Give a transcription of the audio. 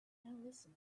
listen